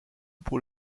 pour